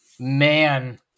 man